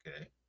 Okay